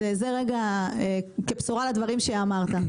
זה כבשורה לדברים שאמרת.